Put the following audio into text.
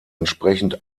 entsprechend